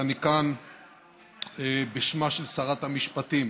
אני כאן בשמה של שרת המשפטים.